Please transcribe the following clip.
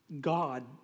God